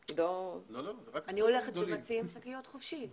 אני הולכת והם מציעים שקיות חופשי.